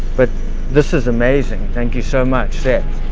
but this is amazing. thank you so much, sir.